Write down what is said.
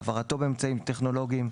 העברתו באמצעים טכנולוגיים,